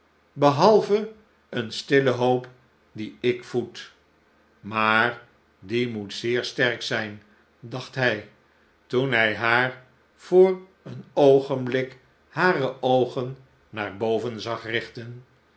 behalve eene stille hoop die ik voed maar die moet zeer sterk zin dacht hij toen hij haar voor een oogenblik hare oogen naar boven zag richten